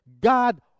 God